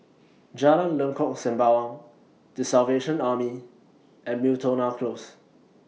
Jalan Lengkok Sembawang The Salvation Army and Miltonia Close